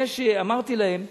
אמרתי להם: